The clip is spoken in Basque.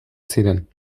ziren